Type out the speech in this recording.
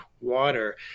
water